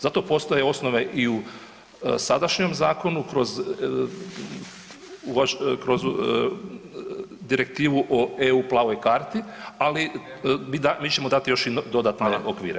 Zato postoje osnove i u sadašnjem zakonu kroz direktivu EU o plavoj karti, ali mi ćemo dati i još dodatne okvire.